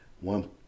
one